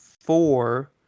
four